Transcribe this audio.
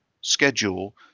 schedule